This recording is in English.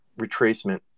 retracement